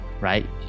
right